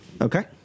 Okay